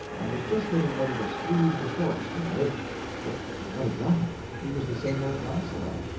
and was just getting ready to squeeze the shorts to-day but what of that? he was the same old launcelot,